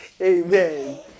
Amen